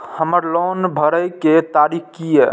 हमर लोन भरए के तारीख की ये?